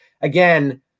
again